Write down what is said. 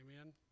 Amen